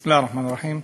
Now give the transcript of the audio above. בסם אללה א-רחמאן א-רחים.